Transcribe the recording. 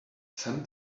send